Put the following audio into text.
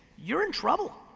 you're in trouble.